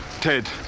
Ted